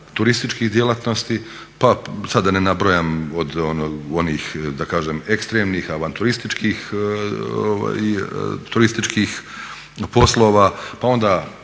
turističkih djelatnosti pa sad da ne nabrajam od onih da kažem ekstremnih, avanturističkih, turističkih poslova, pa onda